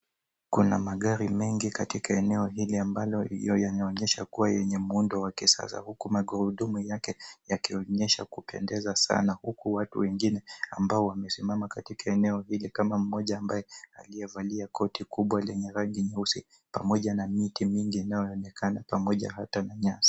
Kuna magari mengi katika eneo hili ambalo yanaonyesha kuwa yenye muundo wa kisasa huku magurudumu yake yakionyesha kupendeza sana huku watu wengine ambao wamesimama katika eneo hili kama mmoja ambaye aliyevalia koti kubwa lenye rangi nyeusi pamoja na miti mingi inayoonekana pamoja na hata nyasi.